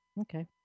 Okay